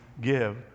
give